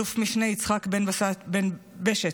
אל"מ יצחק בן בשט,